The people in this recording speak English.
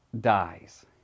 dies